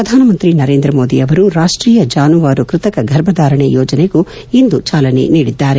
ಪ್ರಧಾನಮಂತ್ರಿ ನರೇಂದ್ರ ಮೋದಿ ಅವರು ರಾಷ್ಟೀಯ ಜಾನುವಾರು ಕೃತಕ ಗರ್ಭಧಾರಣೆ ಯೋಜನೆಗೂ ಇಂದು ಚಾಲನೆ ನೀಡಿದ್ದಾರೆ